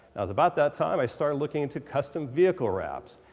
it was about that time i started looking into custom vehicle wraps.